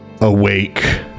awake